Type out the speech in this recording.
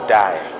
die